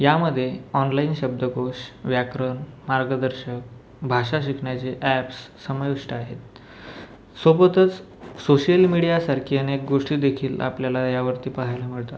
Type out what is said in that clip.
यामध्ये ऑनलाईन शब्दकोश व्याकरण मार्गदर्शक भाषा शिकण्याचे अॅप्स समाविष्ट आहेत सोबतच सोश्यल मीडियासारखे अनेक गोष्टीदेखील आपल्याला यावरती पहायला मिळतात